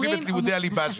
משלים את לימודי הליבה שלי.